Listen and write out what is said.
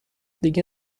دیگه